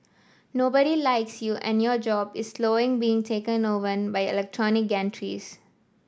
nobody likes you and your job is being taken over by electronic gantries